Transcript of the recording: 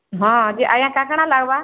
ହଁ ଯେ ଆଜ୍ଞା କାଏଁ କା'ଣା ଲାଗ୍ବା